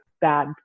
bad